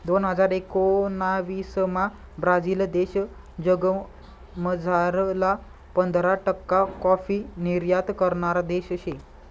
दोन हजार एकोणाविसमा ब्राझील देश जगमझारला पंधरा टक्का काॅफी निर्यात करणारा देश शे